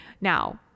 Now